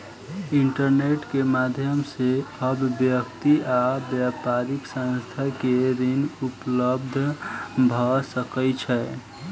internet के माध्यम से आब व्यक्ति आ व्यापारिक संस्थान के ऋण उपलब्ध भ सकै छै